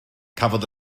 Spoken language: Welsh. cafodd